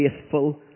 faithful